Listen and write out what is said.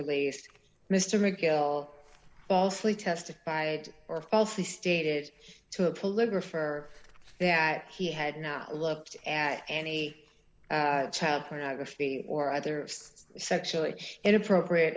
release mister mcgill falsely testified or falsely stated to a political for that he had now looked at any child pornography or other sexually inappropriate